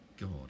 God